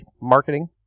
marketing